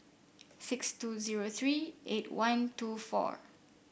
six two zero three eight one two four